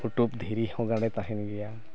ᱦᱩᱴᱩᱵ ᱫᱷᱤᱨᱤ ᱦᱚᱸ ᱜᱰᱮ ᱛᱟᱦᱮᱱ ᱜᱮᱭᱟ